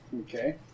Okay